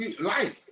life